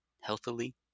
healthily